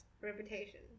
Reputation